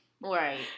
Right